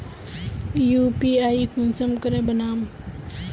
UPI कुंसम करे बनाम?